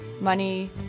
money